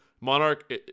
Monarch